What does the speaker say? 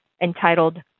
entitled